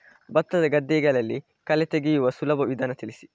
ಭತ್ತದ ಗದ್ದೆಗಳಲ್ಲಿ ಕಳೆ ತೆಗೆಯುವ ಸುಲಭ ವಿಧಾನ ತಿಳಿಸಿ?